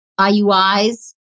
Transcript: IUIs